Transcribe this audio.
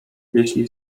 jeśli